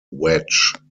wedge